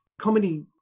comedy